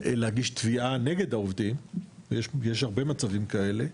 להגיש תביעה נגד העובדים ויש הרבה מצבים כאלה,